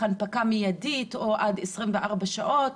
הנפקה מיידית או עד 24 שעות.